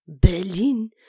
Berlin